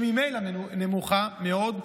שממילא נמוכה מאוד,